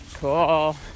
cool